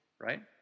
right